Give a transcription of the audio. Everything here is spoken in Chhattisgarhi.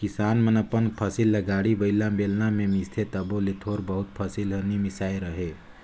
किसान मन अपन फसिल ल गाड़ी बइला, बेलना मे मिसथे तबो ले थोर बहुत फसिल हर नी मिसाए रहें